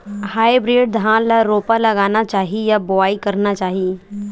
Hybrid धान ल रोपा लगाना चाही या बोआई करना चाही?